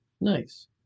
Nice